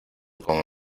con